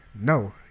No